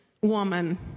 woman